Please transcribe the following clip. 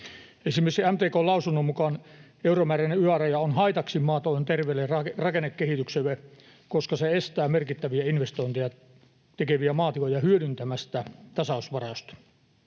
Esimerkiksi MTK:n lausunnon mukaan euromääräinen yläraja on haitaksi maatalouden terveelle rakennekehitykselle, koska se estää merkittäviä investointeja tekeviä maatiloja hyödyntämästä tasausvarausta.